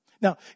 Now